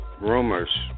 rumors